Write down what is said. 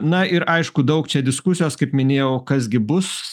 na ir aišku daug čia diskusijos kaip minėjau kas gi bus